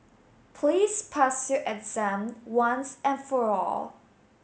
please pass your exam once and for all